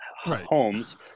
homes